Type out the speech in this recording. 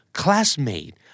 classmate